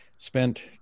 spent